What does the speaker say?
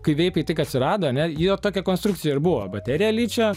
kai veipai tik atsirado ane jo tokia konstrukcija ir buvo baterija ličio